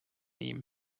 ihm